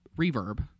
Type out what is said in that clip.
Reverb